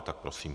Tak prosím.